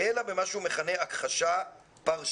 אלא במה שהוא מכנה - הכחשה פרשנית.